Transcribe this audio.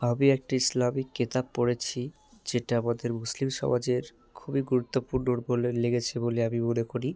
আমি একটি ইসলামিক কেতাব পড়েছি যেটা আমাদের মুসলিম সমাজের খুবই গুরুত্বপূর্ণ বলে লেগেছে বলে আমি মনে করি